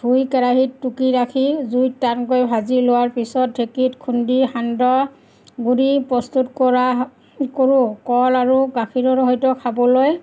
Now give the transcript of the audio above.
ধুই কেৰাহীত টুকি ৰাখি জুইত টানকৈ ভাজি লোৱাৰ পিছত ঢেঁকীত খুন্দি সান্দহ গুৰি প্ৰস্তুত কৰা কৰোঁ কল আৰু গাখীৰৰ সৈতেও খাবলৈ